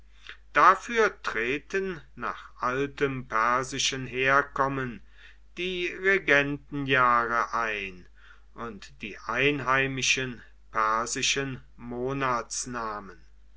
dafür treten nach altem persischen herkommen die regentenjahre ein und die einheimischen persischen monatsnamen